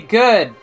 good